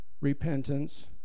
repentance